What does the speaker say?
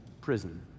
prison